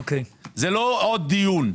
זה לא עוד דיון.